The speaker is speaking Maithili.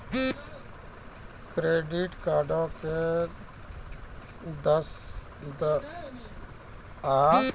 क्रेडिट कार्डो के दरखास्त के मोबाइल नंबर आरु एप्लीकेशन आई.डी से देखलो जाय सकै छै